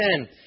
10